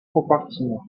compartiment